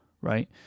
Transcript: right